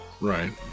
Right